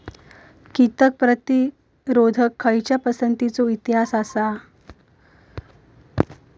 कीटक प्रतिरोधक खयच्या पसंतीचो इतिहास आसा?